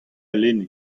lenne